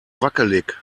wackelig